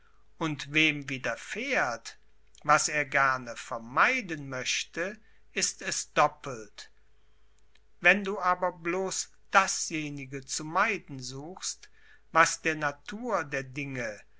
und wem widerfährt was er gerne vermeiden möchte ist es doppelt wenn du aber bloß dasjenige zu meiden suchst was der natur der dinge